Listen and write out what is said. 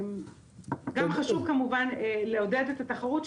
גם חשוב כמובן לעודד את התחרות,